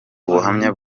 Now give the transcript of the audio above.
ubuhamya